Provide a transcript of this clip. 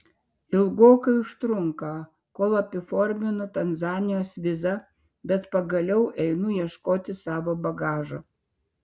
ilgokai užtrunka kol apiforminu tanzanijos vizą bet pagaliau einu ieškoti savo bagažo